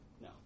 No